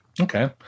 Okay